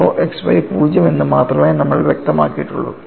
tau xy 0 എന്ന് മാത്രമേ നമ്മൾ വ്യക്തമാക്കിയിട്ടുള്ളൂ